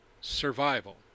survival